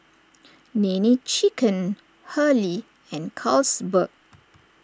Nene Chicken Hurley and Carlsberg